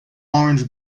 orange